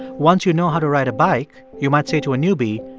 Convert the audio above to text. once you know how to ride a bike, you might say to a newbie,